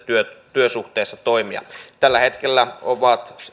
työsuhteessa toimia tällä hetkellä